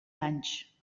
anys